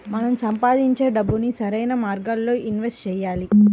మనం సంపాదించే డబ్బుని సరైన మార్గాల్లోనే ఇన్వెస్ట్ చెయ్యాలి